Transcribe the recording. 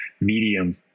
medium